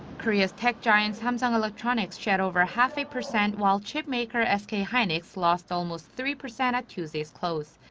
korea's tech giant samsung electronics shed over half-a-percent. while chipmaker sk hynix lost almost three percent at tuesdays' close.